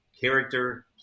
character